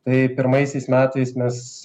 tai pirmaisiais metais mes